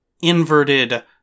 inverted